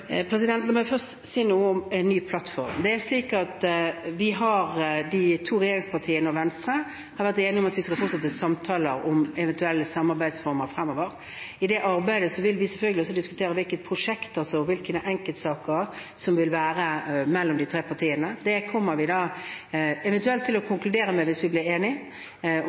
La meg først si noe om en ny plattform: Det er slik at de to regjeringspartiene og Venstre har vært enige om at vi skal fortsette samtaler om eventuelle samarbeidsformer fremover. I det arbeidet vil vi selvfølgelig også diskutere hvilke prosjekter og hvilke enkeltsaker som vil være mellom de tre partiene. Det kommer vi eventuelt til å konkludere med, hvis vi blir enige. Om